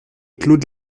claude